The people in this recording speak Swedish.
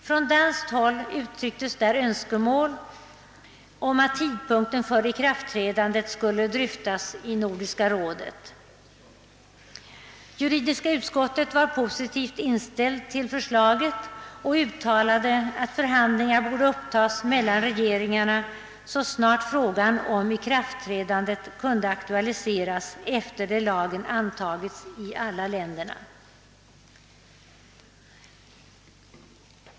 Från danskt håll uttrycktes där önskemål om att tidpunkten för ikraftträdandet av denna del skulle dryftas i Nordiska rådet. Juridiska utskottet var positivt inställt till förslaget och uttalade attförhandlingar borde upptas mellan regeringarna så snart frågan om ikraftträdandet kunde aktualiseras efter det att lagen antagits i de fyra berörda nordiska länderna.